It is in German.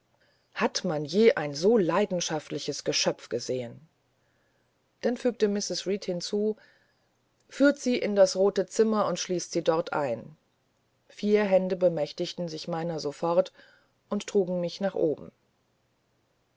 hat man jemals ein so leidenschaftliches geschöpf gesehen dann fügte mrs reed hinzu führt sie in das rote zimmer und schließt sie dort ein vier hände bemächtigten sich meiner sofort und man trug mich nach oben